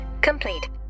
complete